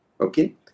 Okay